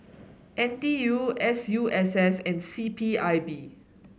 N T U S U S S and C P I B